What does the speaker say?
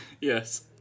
Yes